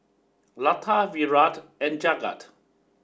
Lata Virat and Jagat